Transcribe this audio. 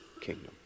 kingdom